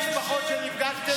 תן לנו רק את המשפחות שנפגשתם איתן.